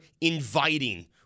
inviting